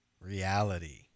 Reality